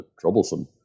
troublesome